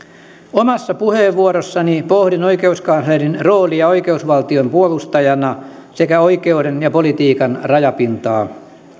omassa puheenvuorossani pohdin oikeuskanslerin roolia oikeusvaltion puolustajana sekä oikeuden ja politiikan rajapintaa